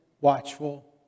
watchful